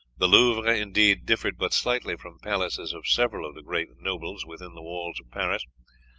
the louvre, indeed, differed but slightly from palaces of several of the great nobles within the walls of paris,